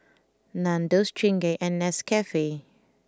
Nandos Chingay and Nescafe